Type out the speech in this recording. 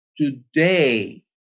today